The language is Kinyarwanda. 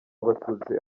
abatutsi